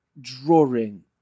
Drawing